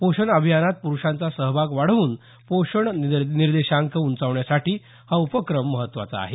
पोषण अभियानात प्रुषांचा सहभाग वाढवून पोषण निर्देशांक उंचावण्यासाठी हा उपक्रम महत्वाचा आहे